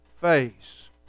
face